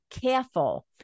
careful